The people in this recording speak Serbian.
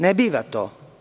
Ne biva to.